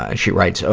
ah she writes, so